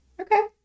okay